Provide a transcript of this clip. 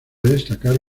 destacar